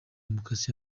demokarasi